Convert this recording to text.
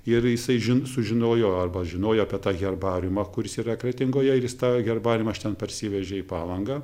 ir jisai žin sužinojo arba žinojo apie tą herbariumą kuris yra kretingoje ir jis tą herbariumą iš ten parsivežė į palangą